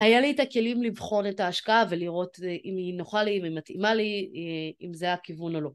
היה לי את הכלים לבחון את ההשקעה ולראות אם היא נוחה לי, אם היא מתאימה לי, אם זה הכיוון או לא.